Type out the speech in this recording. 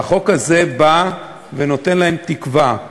והחוק הזה בא ונותן להם תקווה.